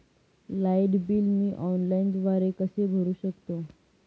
Light bill मी ऑनलाईनद्वारे कसे भरु शकतो?